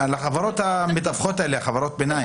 החברות המתווכות, חברות הביניים.